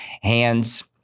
hands